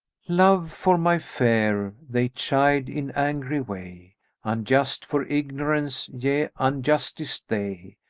love for my fair they chide in angry way unjust for ignorance, yea unjustest they!